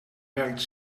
werkt